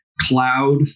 cloud